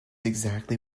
exactly